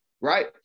right